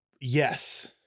Yes